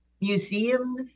museums